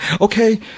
Okay